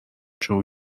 شروع